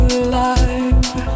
alive